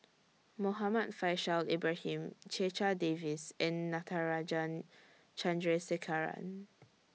Muhammad Faishal Ibrahim Checha Davies and Natarajan Chandrasekaran